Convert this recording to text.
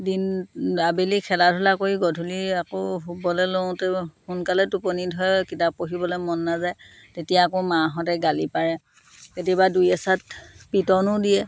দিন আবেলি খেলা ধূলা কৰি গধূলি আকৌ শুবলৈ লওঁতে সোনকালে টোপনি ধৰে কিতাপ পঢ়িবলৈ মন নেযায় তেতিয়া আকৌ মাহঁতে গালি পাৰে কেতিয়াবা দুই এচাট পিতনো দিয়ে